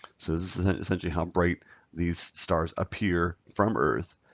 so is essentially how bright these stars appear from earth.